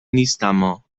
نیستما